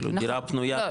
כאילו דירה פנויה --- לא,